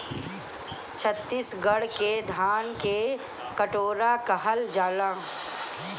छतीसगढ़ के धान के कटोरा कहल जाला